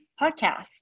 podcast